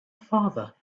father